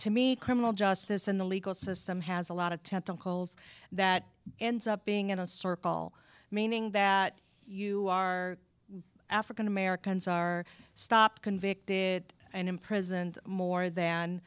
to me criminal justice and the legal system has a lot of tentacles that ends up being in a circle meaning that you are african americans are stopped convicted and imprisoned more than